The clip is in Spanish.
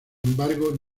embargo